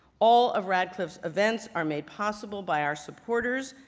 all of radcliffe's events are made possible by our supporters,